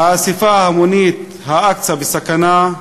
האספה ההמונית, "אל-אקצא בסכנה",